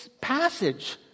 passage